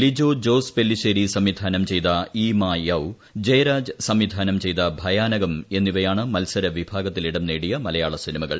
ലിജോ ജോസ്പെല്ലിശ്ശേരി സംവിധാനം ചെയ്ത ഇ മാ യൌ ജയരാജ് സംവിധാനം ചെയ്ത ഭയാനകം എന്നിവയാണ് മത്സരവിഭാഗത്തിൽ ഇടം നേടിയ മലയാള സിനിമകൾ